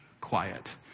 quiet